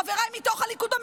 חבריי מתוך הליכוד?